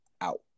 out